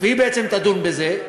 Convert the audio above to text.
והיא בעצם תדון בזה,